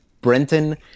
brenton